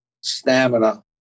stamina